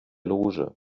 loge